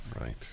Right